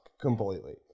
completely